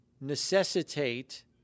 necessitate